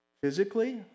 Physically